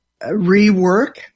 rework